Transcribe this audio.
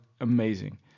amazing